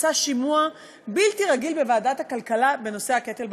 עשה שימוע בלתי רגיל בוועדת הכלכלה בנושא הקטל בדרכים.